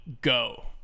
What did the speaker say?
go